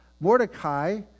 Mordecai